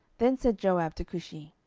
then said joab to cushi,